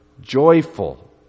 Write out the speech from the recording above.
joyful